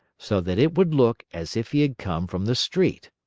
so that it would look as if he had come from the street.